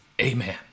Amen